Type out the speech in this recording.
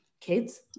kids